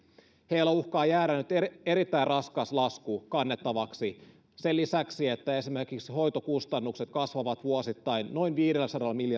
heille uhkaa jäädä nyt erittäin raskas lasku kannettavaksi sen lisäksi että esimerkiksi hoitokustannukset kasvavat vuosittain noin viidelläsadalla